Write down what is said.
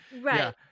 right